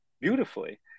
beautifully